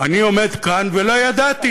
אני עומד כאן, ולא ידעתי